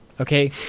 okay